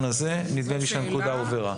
נדמה לי שהנקודה הובהרה.